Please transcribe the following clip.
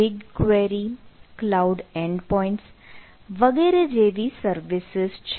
તે સિવાય BigQuery CloudEndpoints વગેરે જેવી સર્વિસીસ છે